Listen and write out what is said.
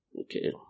Okay